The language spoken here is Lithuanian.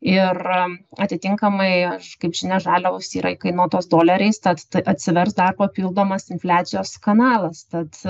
ir atitinkamai kaip žinia žaliavos yra įkainotos doleriais tad ta atsivers dar papildomas infliacijos kanalas tad